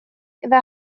إذا